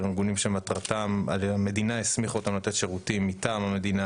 הם ארגונים שהמדינה הסמיכה אותם לתת שירותים מטעם המדינה